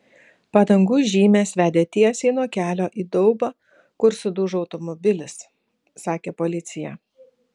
padangų žymės vedė tiesiai nuo kelio į daubą kur sudužo automobilis sakė policija